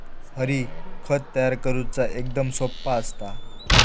हरी, खत तयार करुचा एकदम सोप्पा असता